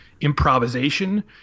improvisation